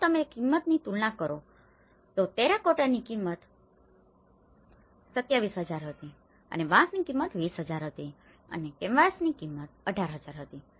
તેથી જો તમે કિંમતની તુલના કરો તો ટેરાકોટાની કિમત 27000 હતી અને વાંસની કિમત 20000 હતી અને કેનવાસની કિમત લગભગ 18000 હતી